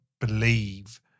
believe